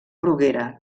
bruguera